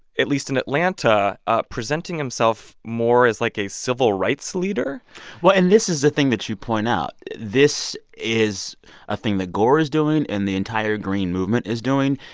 at least in atlanta, ah presenting himself more as, like, a civil rights leader well and this is the thing that you point out. this is a thing that gore is doing and the entire green movement is doing.